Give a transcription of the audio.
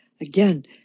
again